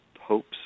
hopes